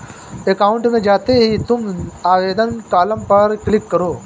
account में जाते ही तुम आवेदन कॉलम पर क्लिक करो